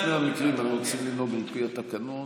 בשני המקרים אנחנו צריכים לנהוג לפי התקנון